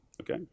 Okay